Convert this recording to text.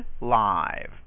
live